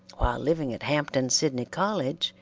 while living at hampton sidney college,